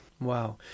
Wow